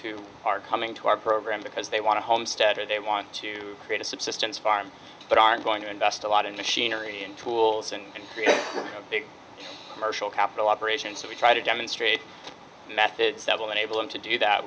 who are coming to our program because they want to homestead or they want to create a subsistence farm but aren't going to invest a lot in machinery and tools and create a big commercial capital operation so we try to demonstrate the method several enable them to do that